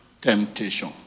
temptation